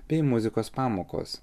bei muzikos pamokos